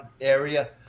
area